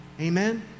Amen